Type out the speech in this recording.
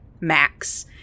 Max